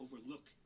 overlook